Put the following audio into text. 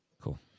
Cool